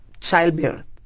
childbirth